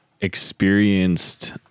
experienced